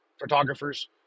photographers